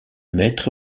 maître